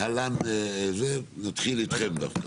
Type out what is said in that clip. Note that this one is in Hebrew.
להלן, נתחיל איתכם דווקא.